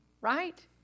right